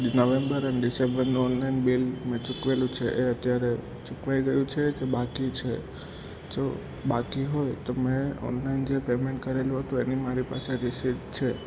November અને ડિસેમ્બરનું online bill મેં ચૂકવેલું છે એ અત્યારે ચૂકવાઈ ગયું છે કે બાકી છે જો બાકી હોય તો મેં ઓનલાઈન જે પેમેન્ટ કરેલું હતું એની મારી પાસે રિસીપ્ટ છે